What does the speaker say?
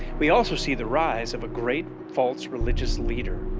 we also see the rise of a great false religious leader.